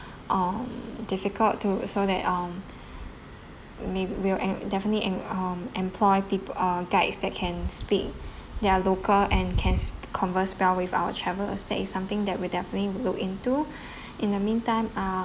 um difficult to so that um may we'll em~ definitely em~ um employ pe~ uh guides that can speak that are local and can sp~ converse well with our travellers that is something that we definitely will look into in the meantime uh